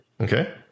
Okay